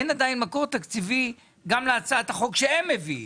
אין עדיין מקור תקציבי גם להצעת החוק שהם מביאים.